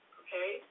okay